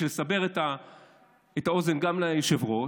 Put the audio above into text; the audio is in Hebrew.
בשביל לסבר את האוזן, גם ליושב-ראש,